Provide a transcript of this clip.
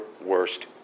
worst